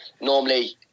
normally